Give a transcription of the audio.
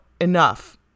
enough